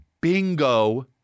bingo